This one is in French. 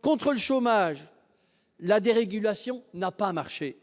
Contre le chômage, la dérégulation n'a pas marché.